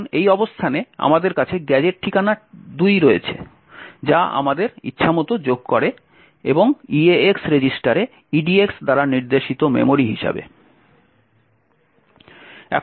এখন এই অবস্থানে আমাদের কাছে গ্যাজেট ঠিকানা 2 রয়েছে যা আমাদের ইচ্ছামতো যোগ করে এবং eax রেজিস্টারে edx দ্বারা নির্দেশিত মেমোরি হিসাবে